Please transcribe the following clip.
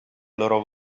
loro